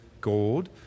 gold